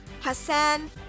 Hassan